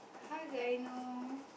how do I know